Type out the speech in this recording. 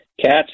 cats